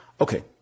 Okay